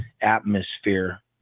atmosphere